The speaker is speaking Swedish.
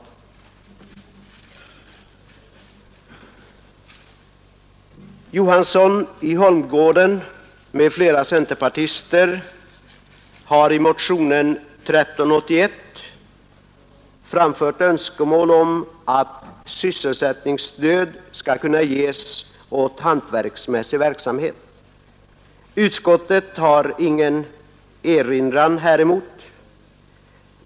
Herr Johansson i Holmgården m.fl. centerpartister har i motionen 1381 framfört önskemål om att sysselsättningsstöd skall kunna ges åt hantverksmässig verksamhet. Utskottet har ingen erinran häremot.